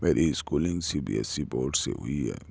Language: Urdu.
میری schooling C B S E board سے ہوئی ہے